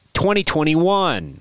2021